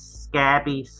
scabby